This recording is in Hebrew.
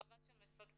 חוות דעת של מפקדים.